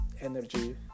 energy